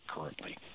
currently